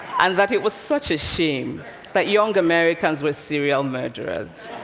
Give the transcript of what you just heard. and that it was such a shame that young americans were serial murderers.